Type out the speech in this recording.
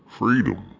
Freedom